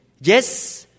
yes